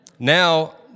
Now